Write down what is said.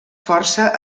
força